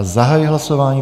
Zahajuji hlasování.